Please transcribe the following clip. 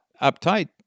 uptight